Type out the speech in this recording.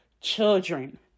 children